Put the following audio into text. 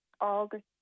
August